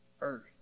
earth